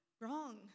Wrong